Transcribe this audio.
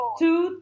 two